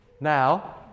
now